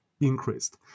increased